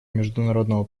международного